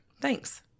Thanks